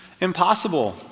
impossible